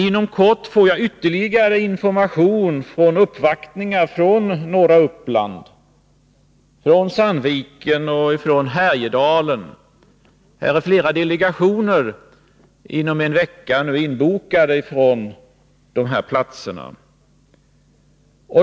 Inom kort får jag ytterligare information av uppvaktningar från norra Uppland, från Sandviken och från Härjedalen. Det är flera delegationer från de här platserna inbokade inom en vecka.